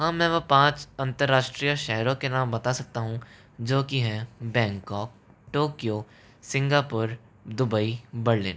हाँ में वो पाँच अंतरराष्ट्रीय शहरों के नाम बता सकता हूँ जो की हैं Bangkok Tokyo Singapore Dubai Berlin